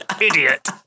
Idiot